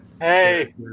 Hey